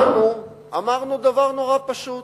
אמרנו דבר מאוד פשוט: